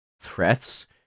threats